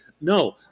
no